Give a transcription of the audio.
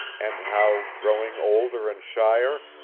and how, growing older and shyer,